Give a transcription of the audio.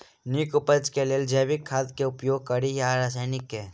नीक उपज केँ लेल जैविक खाद केँ उपयोग कड़ी या रासायनिक केँ?